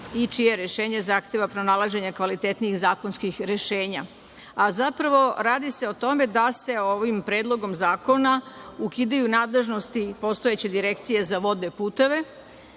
i čije rešenje zahteva pronalaženje kvalitetnijih zakonskih rešenja. Zapravo, radi se o tome da se ovim Predlogom zakona ukidaju nadležnosti postojeće Direkcije za vodne puteve